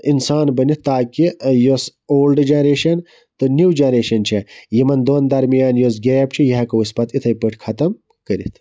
اِنسان بیٚنِتھ تاکہِ یۄس اولڈ جَنریشَن تہٕ نٔو جَنریشَن چھِ یِمَن دۄن درمیان یۄس گیپ چھِ یہِ ہیٚکو أسۍ پَتہٕ اِتھے پٲٹھۍ ختم کٔرِتھ